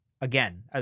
again